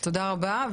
תודה רבה.